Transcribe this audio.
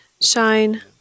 shine